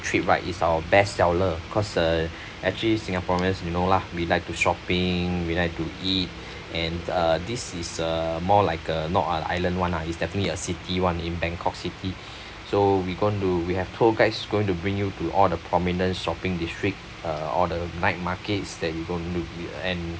trip right is our best seller cause uh actually singaporeans you know lah we like to shopping we like to eat and uh this is uh more like a not an island [one] lah it's definitely a city [one] in bangkok city so we're going to we have tour guides going to bring you to all the prominent shopping district uh all the night markets that you don't know we uh and